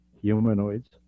humanoids